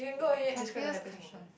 happiest question